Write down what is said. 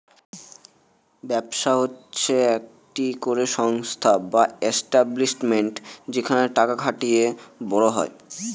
ব্যবসা হচ্ছে একটি করে সংস্থা বা এস্টাব্লিশমেন্ট যেখানে টাকা খাটিয়ে বড় হয়